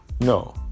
No